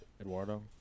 Eduardo